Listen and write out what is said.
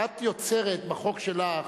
את יוצרת בחוק שלך,